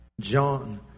John